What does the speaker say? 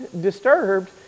disturbed